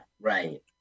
right